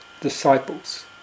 disciples